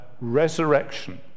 resurrection